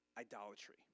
idolatry